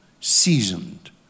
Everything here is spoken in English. seasoned